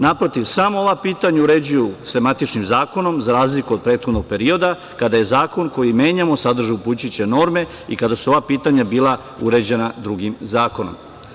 Naprotiv, samo ova pitanja uređuju se matičnim zakonom, za razliku od prethodnog perioda, kada je zakon koji menjamo sadržao upućujuće norme i kada su ova pitanja bila uređena drugim zakonom.